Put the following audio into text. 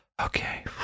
okay